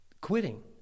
quitting